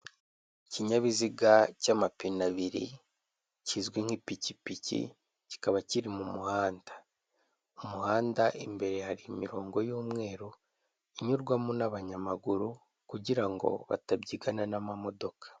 Ikinyabiziga cy'amapina abiri kizwi nk'ipikipiki kikaba kiri mu muhanda, umuhanda imbere hari imirongo y'umweru inyurwamo n'abanyamaguru kugira ngo batabyigana n'amamodoka.